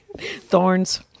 thorns